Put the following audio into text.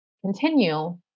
continue